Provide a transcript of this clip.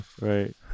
right